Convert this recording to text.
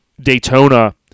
Daytona